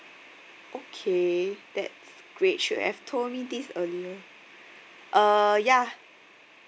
okay that's great should have told me this earlier uh ya